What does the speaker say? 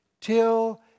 till